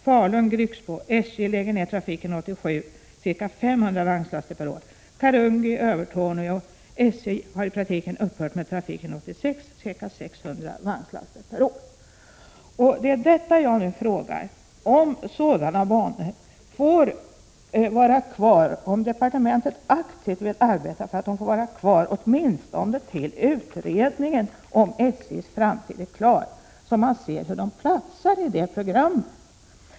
Falun-Grycksbo — SJ lägger ned trafiken 1987, ca 500 vagnslaster per år. Karungi-Övertoneå — SJ upphörde i praktiken med trafiken 1986, ca 600 vagnslaster per år. Min fråga gällde om sådana banor får vara kvar och om departementet aktivt vill arbeta för att de skall få vara kvar åtminstone tills utredningen om SJ:s framtid är klar, så att man ser hur de platsar i det programmet.